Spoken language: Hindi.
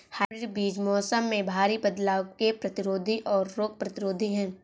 हाइब्रिड बीज मौसम में भारी बदलाव के प्रतिरोधी और रोग प्रतिरोधी हैं